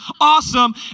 Awesome